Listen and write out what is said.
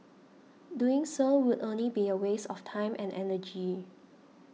doing so would only be a waste of time and energy